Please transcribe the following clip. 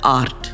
art